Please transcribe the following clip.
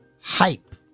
hype